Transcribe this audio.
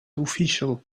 official